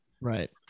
Right